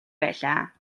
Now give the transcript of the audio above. байлаа